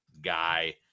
guy